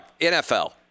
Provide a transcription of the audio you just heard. NFL